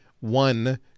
one